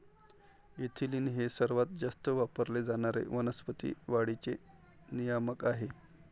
ethylene हे सर्वात जास्त वापरले जाणारे वनस्पती वाढीचे नियामक आहे